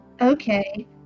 Okay